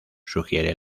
sugiere